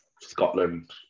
Scotland